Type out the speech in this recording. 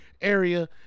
area